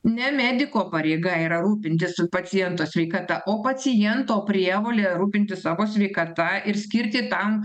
ne mediko pareiga yra rūpintis paciento sveikata o paciento prievolė rūpintis savo sveikata ir skirti tam